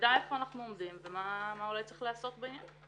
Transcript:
שנדע איפה אנחנו עומדים ומה אולי צריך לעשות בעניין.